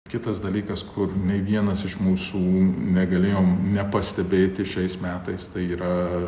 kitas dalykas kur nei vienas iš mūsų negalėjom nepastebėti šiais metais tai yra